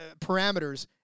parameters